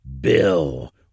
Bill